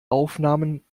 aufnahmen